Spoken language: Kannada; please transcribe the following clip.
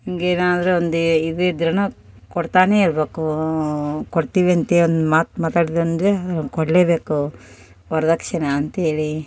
ಹಿಂಗ್ ಏನಾದರು ಒಂದು ಇದು ಇದ್ರು ಕೊಡ್ತಾನೆ ಇರ್ಬಕು ಕೊಡ್ತೀವಿ ಅಂತ ಒಂದು ಮಾತು ಮಾತಾಡಿದಂದರೆ ಕೊಡಲೇಬೇಕು ವರದಕ್ಷಿಣೆ ಅಂತೇಳಿ